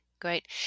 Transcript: great